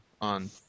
on